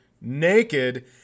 naked